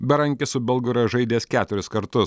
berankis su belgu yra žaidęs keturis kartus